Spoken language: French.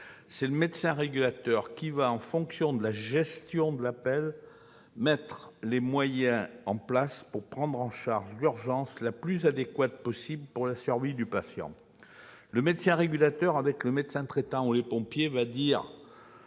C'est le médecin régulateur qui va, selon la gestion de l'appel, mettre en place les moyens pour prendre en charge l'urgence de la façon la plus adéquate possible pour la survie du patient. Le médecin régulateur, avec le médecin traitant ou les pompiers, dira,